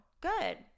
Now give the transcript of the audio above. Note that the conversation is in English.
good